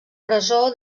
presó